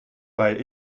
weil